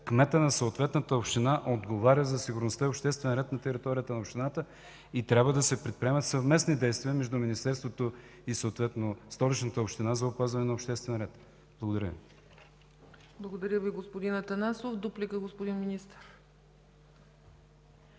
кметът на съответната община отговаря за сигурността и обществения ред на територията на общината и трябва да се предприемат съвместни действия между Министерството и съответно Столичната община за опазване на обществения ред. Благодаря Ви. ПРЕДСЕДАТЕЛ ЦЕЦКА ЦАЧЕВА: Благодаря Ви, господин Атанасов.